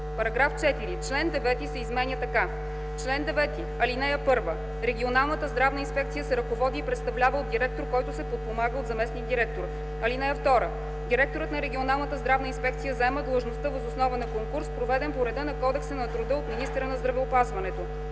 § 4: „§ 4. Член 9 се изменя така: „Чл. 9. (1) Регионалната здравна инспекция се ръководи и представлява от директор, който се подпомага от заместник-директор. (2) Директорът на регионалната здравна инспекция заема длъжността въз основа на конкурс, проведен по реда на Кодекса на труда от министъра на здравеопазването.